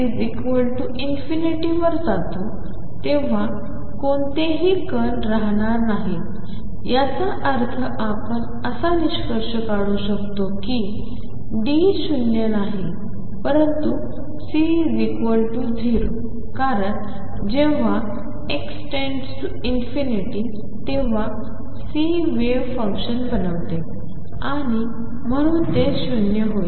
जेव्हा आपण x∞ वर जातो तेव्हा कोणतेही कण राहणार नाहीत याचा अर्थ आपण असा निष्कर्ष काढू शकतो की D शून्य नाही परंतु C0 कारण जेव्हा x→∞ तेव्हा C वेव्ह फंक्शन बनवते आणि म्हणून ते 0 होईल